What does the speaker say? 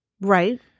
Right